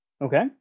Okay